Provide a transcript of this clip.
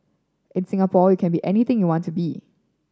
in Singapore you can be anything you want to be